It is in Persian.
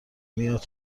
میاد